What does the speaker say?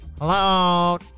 Hello